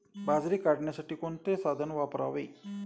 बाजरी काढण्यासाठी कोणते साधन वापरावे?